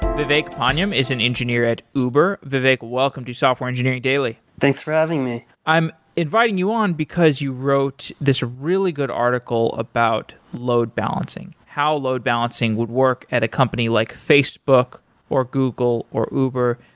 vivek panyam is an engineer at uber. vivek, welcome to software engineering daily. thanks for having me. i'm inviting you on because you wrote this really good article about load balancing. how load-balancing would work at a company like facebook or google or uber,